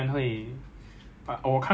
ya so that's one tip for you